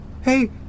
Hey